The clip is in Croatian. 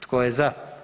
Tko je za?